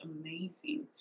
amazing